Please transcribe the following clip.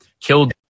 killed